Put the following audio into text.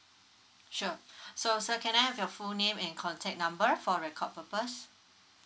sure so so can I have your full name and contact number for record purpose